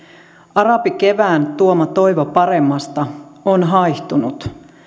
arabikevään tuoma toivo paremmasta on haihtunut